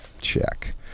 Check